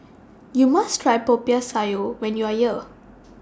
YOU must Try Popiah Sayur when YOU Are here